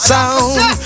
Sound